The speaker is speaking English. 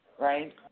right